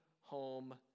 home